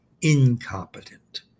incompetent